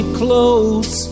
close